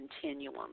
continuum